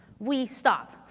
we stop.